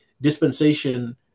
dispensation